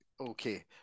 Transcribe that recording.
Okay